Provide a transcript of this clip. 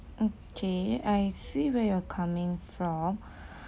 okay I see where you're coming from